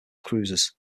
cruisers